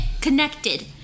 connected